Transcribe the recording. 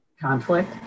conflict